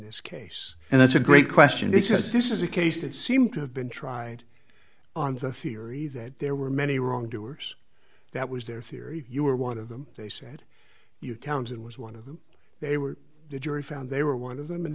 this case and that's a great question this is this is a case that seemed to have been tried on the theory that there were many wrong doers that was their theory you were one of them they said you townsend was one of them they were the jury found they were one of them and